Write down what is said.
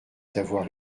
d’avoir